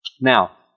Now